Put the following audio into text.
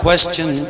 question